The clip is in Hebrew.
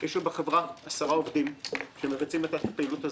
יש לנו בחברה 10 עובדים שמריצים את הפעילות הזאת.